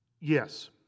Yes